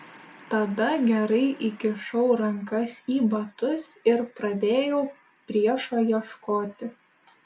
tada gerai įkišau rankas į batus ir pradėjau priešo ieškoti